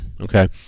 okay